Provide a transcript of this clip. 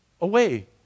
Away